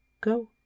go